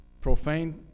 profane